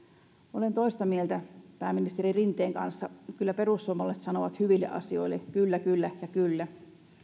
olen toista mieltä pääministeri rinteen kanssa kyllä perussuomalaiset sanovat hyville asioille kyllä kyllä ja kyllä